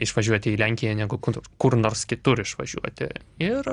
išvažiuoti į lenkiją negu kur nors kitur išvažiuoti ir